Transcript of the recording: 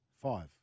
Five